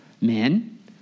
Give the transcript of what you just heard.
Men